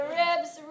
ribs